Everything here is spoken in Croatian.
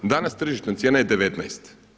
Danas tržišna cijena je 19.